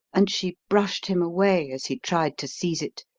and she brushed him away, as he tried to seize it,